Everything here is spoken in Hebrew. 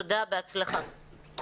תודה, בהצלחה.